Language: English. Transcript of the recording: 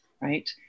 right